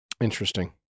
Interesting